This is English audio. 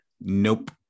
Nope